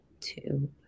two